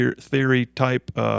theory-type